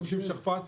לובשים שכפ"ץ